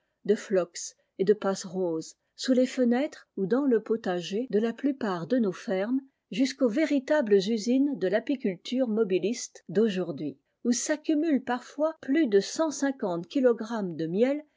de tournesols de phlox etde passeroses sous les fenêtres ou dans le potager de la plupart de nos fermes jusqu'aux véritables usines de l'apiculture mobiliste d'aujourd'b v où s'accumulent parfois plus de cent cinquai kilogrammes de miel